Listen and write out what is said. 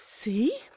See